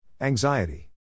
Anxiety